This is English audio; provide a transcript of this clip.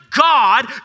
God